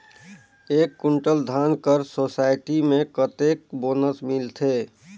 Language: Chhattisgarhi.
एक कुंटल धान कर सोसायटी मे कतेक बोनस मिलथे?